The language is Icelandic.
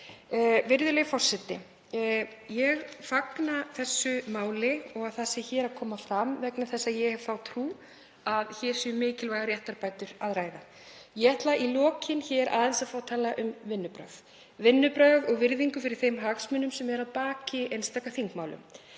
Virðulegur forseti. Ég fagna þessu máli og að það komi hér fram vegna þess að ég hef þá trú að hér sé um mikilvægar réttarbætur að ræða. Ég ætla í lokin aðeins að tala um vinnubrögð og virðingu fyrir þeim hagsmunum sem eru að baki einstaka þingmálum.